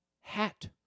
Hat